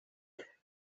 did